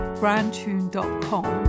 brandtune.com